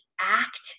act